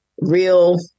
real